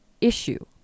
issue